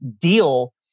deal